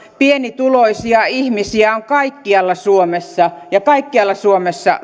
pienituloisia ihmisiä on kaikkialla suomessa ja kaikkialla suomessa